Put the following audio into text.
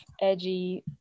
edgy